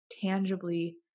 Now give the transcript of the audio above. tangibly